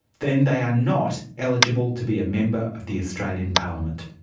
then they are not eligible to be a member of the australian parliament.